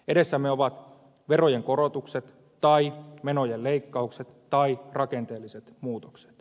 edessämme ovat verojen korotukset tai menojen leikkaukset tai rakenteelliset muutokset